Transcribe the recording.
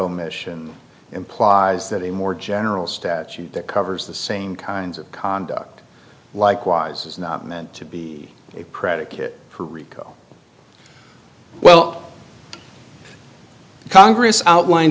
omission implies that a more general statute that covers the same kinds of conduct likewise is not meant to be a predicate for rico well congress outline